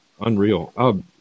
unreal